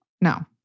no